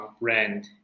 brand